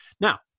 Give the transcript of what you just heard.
Now